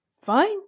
Fine